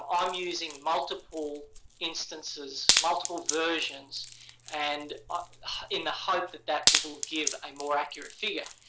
um using multiple instances, multiple versions and in the hope that that will will give a more accurate figure.